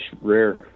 rare